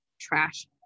trash